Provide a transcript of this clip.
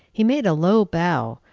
he made a low bow,